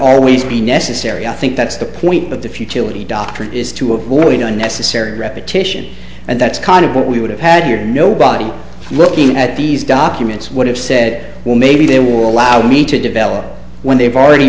always be necessary i think that's the point but the futility doctrine is to avoid unnecessary repetition and that's kind of what we would have had your nobody looking at these documents would have said well maybe they were allowed me to develop when they've already